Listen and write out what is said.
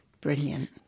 Brilliant